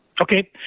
Okay